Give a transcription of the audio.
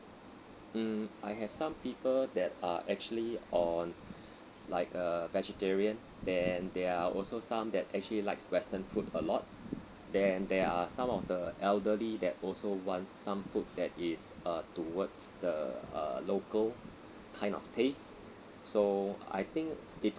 mm I have some people that are actually or like a vegetarian then they are also some that actually likes western food a lot then there are some of the elderly that also wants some food that is uh towards the err local kind of taste so I think it's